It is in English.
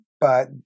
But-